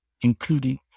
including